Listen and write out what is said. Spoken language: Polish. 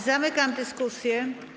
Zamykam dyskusję.